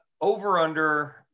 Over-under